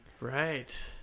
Right